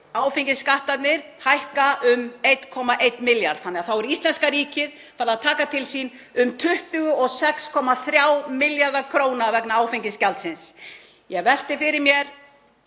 áfengisskattarnir, hækka um 1,1 milljarð þannig að þá er íslenska ríkið að taka til sín um 26,3 milljarða kr. vegna áfengisgjaldsins. Ég velti fyrir mér,